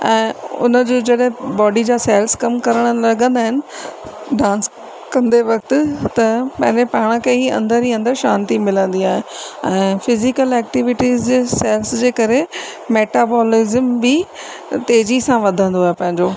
ऐं उन जी जॾहिं बॉडी जा सेल्स कमु करणु लॻंदा आहिनि डांस कंदे वक़्त त पैंजे पाण खे ई अंदरु ही अंदरु शांती मिलंदी आहे ऐं फिज़िकल एक्टीविटीज़ जे सेल्स जे करे मेटाबॉलिज़म बि तेज़ी सां वधंदो आहे पंहिंजो